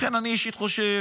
לכן אני, אישית, חושב